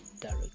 direct